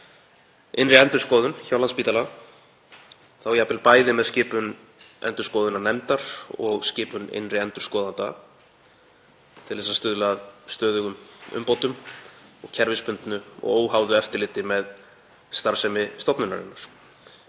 innri endurskoðun hjá Landspítala, þá jafnvel bæði með skipun endurskoðunarnefndar og skipun innri endurskoðanda, til að stuðla að stöðugum umbótum og kerfisbundnu og óháðu eftirliti með starfsemi stofnunarinnar.